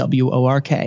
WORK